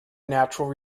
natural